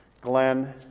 Glenn